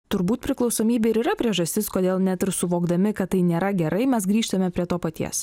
turbūt priklausomybė ir yra priežastis kodėl net ir suvokdami kad tai nėra gerai mes grįžtame prie to paties